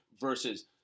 Versus